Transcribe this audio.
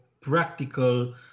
practical